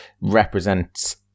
represents